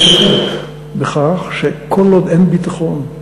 בכך שכל עוד אין ביטחון,